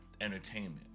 entertainment